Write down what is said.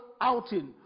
outing